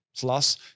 plus